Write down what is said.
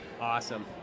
Awesome